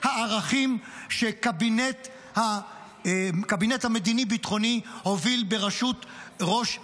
הערכים שהקבינט המדיני-ביטחוני הוביל בראשות ראש הממשלה.